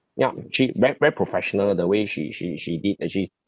ya she very very professional the way she she she did actually